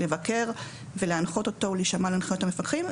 לבקר ולהנחות אותו ולהישמע להנחיות המפקחים.